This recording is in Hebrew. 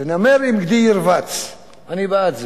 ונמר עם גדי ירבץ" אני בעד זה.